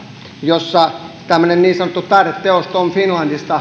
jossa oli tämmöinen tom of finlandin niin sanottu taideteos jossa mies